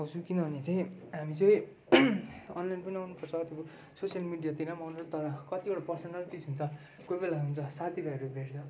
आउँछु किनभने चाहिँ हामी चाहिँ अनलाइन पनि आउनु पर्छ त्यो सोसियल मिडियातिर आउनु पर्छ तर कतिवटा पर्सनल चिज हुन्छ कोही बेला हुन्छ साथीभाइहरू भेट्छ